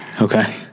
Okay